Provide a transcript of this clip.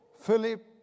Philip